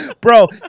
bro